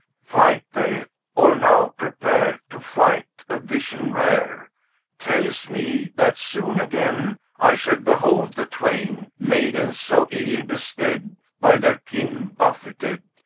fight they or now prepare to fight? a vision rare tells me that soon again i shall behold the twain maidens so ill bestead, by their kin buffeted.